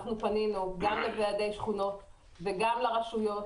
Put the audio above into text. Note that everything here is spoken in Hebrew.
פנינו גם לוועדי שכונות וגם לרשויות,